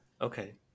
Okay